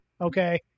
Okay